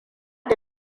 da